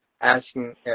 asking